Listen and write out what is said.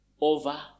over